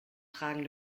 tragen